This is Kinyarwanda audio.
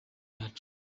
yacu